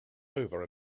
over